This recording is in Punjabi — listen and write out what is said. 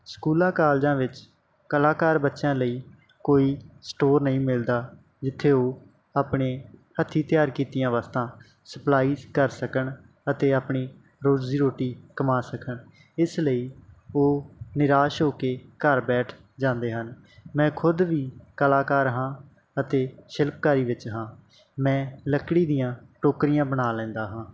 ਸਕੂਲਾਂ ਕਾਲਜਾਂ ਵਿੱਚ ਕਲਾਕਾਰ ਬੱਚਿਆਂ ਲਈ ਕੋਈ ਸਟੋਰ ਨਹੀਂ ਮਿਲਦਾ ਜਿੱਥੇ ਉਹ ਆਪਣੇ ਹੱਥੀਂ ਤਿਆਰ ਕੀਤੀਆਂ ਵਸਤਾਂ ਸਪਲਾਈ ਕਰ ਸਕਣ ਅਤੇ ਆਪਣੀ ਰੋਜ਼ੀ ਰੋਟੀ ਕਮਾ ਸਕਣ ਇਸ ਲਈ ਉਹ ਨਿਰਾਸ਼ ਹੋ ਕੇ ਘਰ ਬੈਠ ਜਾਂਦੇ ਹਨ ਮੈਂ ਖੁਦ ਵੀ ਕਲਾਕਾਰ ਹਾਂ ਅਤੇ ਸ਼ਿਲਪਕਾਰੀ ਵਿੱਚ ਹਾਂ ਮੈਂ ਲੱਕੜੀ ਦੀਆਂ ਟੋਕਰੀਆਂ ਬਣਾ ਲੈਂਦਾ ਹਾਂ